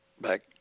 back